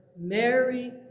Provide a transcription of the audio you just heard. Mary